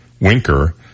Winker